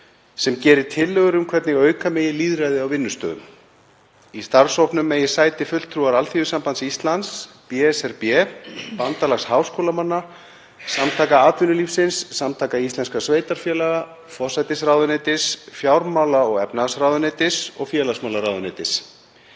sem geri tillögur um hvernig auka megi lýðræði á vinnustöðum. Í starfshópnum eigi sæti fulltrúar Alþýðusambands Íslands, BSRB, Bandalags háskólamanna, Samtaka atvinnulífsins, Samtaka íslenskra sveitarfélaga, forsætisráðuneytis, fjármála- og efnahagsráðuneytis og félagsmálaráðuneytis.